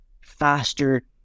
faster